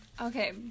Okay